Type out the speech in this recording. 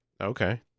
Okay